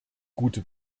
gute